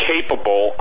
Capable